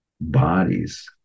bodies